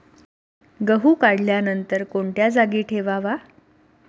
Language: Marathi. गहू काढल्यानंतर कोणत्या जागी ठेवावा?